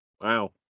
Wow